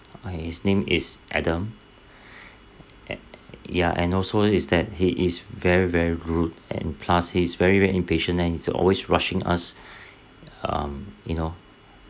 uh his name is adam a~ ya and also is that he is very very rude and plus he's very very impatient and he's always rushing us um you know